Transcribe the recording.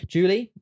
Julie